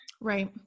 Right